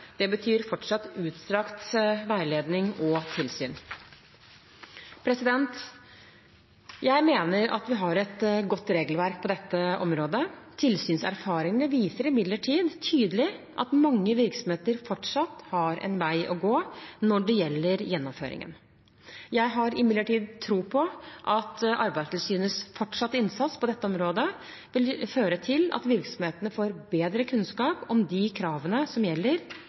Det betyr fortsatt utstrakt veiledning og tilsyn. Jeg mener at vi har et godt regelverk på dette området. Tilsynserfaringene viser imidlertid tydelig at mange virksomheter fortsatt har en vei å gå når det gjelder gjennomføringen. Jeg har imidlertid tro på at Arbeidstilsynets fortsatte innsats på dette området vil føre til at virksomhetene får bedre kunnskap om de kravene som gjelder,